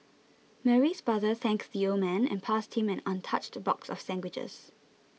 Mary's father thanked the old man and passed him an untouched box of sandwiches